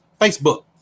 facebook